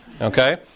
Okay